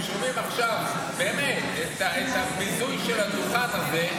הם שומעים עכשיו את הביזוי של הדוכן הזה,